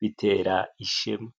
bitera ishema.